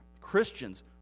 Christians